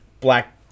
black